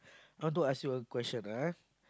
want to ask you a question ah